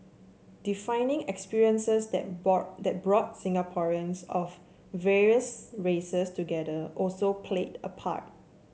defining experiences that that brought Singaporeans of various races together also played a part